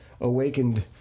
awakened